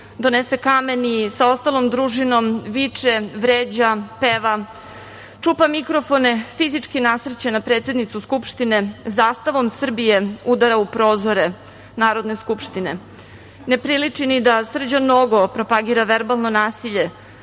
donese kamen i sa ostalom družinom viče, vređa, peva, čupa mikrofone, fizički nasrće na predsednicu Skupštine, zastavom Srbije udara u prozore Narodne skupštine. Ne priliči ni da Srđan Nogo propagira verbalno nasilje,